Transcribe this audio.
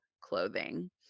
clothing